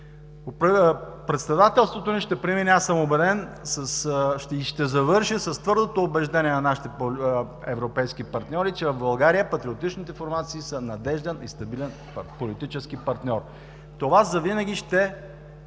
Председателството ни ще премине, аз съм убеден, и ще завърши с твърдото убеждение на нашите европейски партньори, че в България патриотичните формации са надежден и стабилен политически партньор. Това завинаги ще